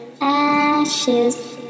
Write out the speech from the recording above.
ashes